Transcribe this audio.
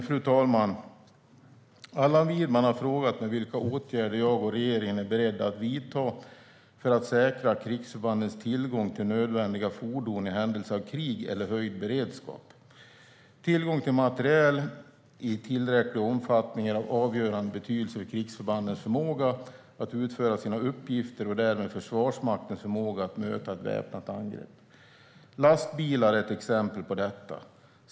Fru talman! Allan Widman har frågat mig vilka åtgärder jag och regeringen är beredda att vidta för att säkra krigsförbandens tillgång till nödvändiga fordon i händelse av krig eller höjd beredskap. Tillgång till materiel i tillräcklig omfattning är av avgörande betydelse för krigsförbandens förmåga att utföra sina uppgifter och därmed för Försvarsmaktens förmåga att möta ett väpnat angrepp. Lastbilar är ett exempel på detta.